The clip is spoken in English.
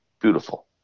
beautiful